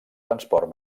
transport